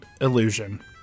illusion